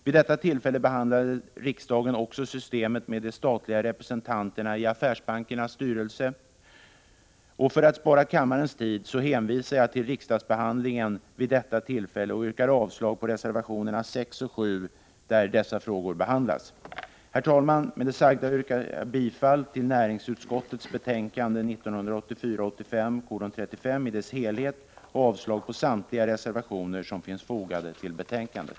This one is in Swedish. Vid detta tillfälle behandlade riksdagen också systemet med de statliga representanterna i affärsbankernas styrelser. För att spara kammarens tid hänvisar jag till riksdagsbehandlingen vid detta tillfälle och yrkar avslag på reservationerna 6 och 7, där dessa frågor behandlas. Herr talman! Med det sagda yrkar jag bifall till hemställan i näringsutskottets betänkande 1984/85:35 i dess helhet och avslag på samtliga reservationer som är fogade till betänkandet.